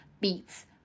beats